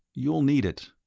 you'll need it.